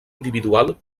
individual